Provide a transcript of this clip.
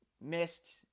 missed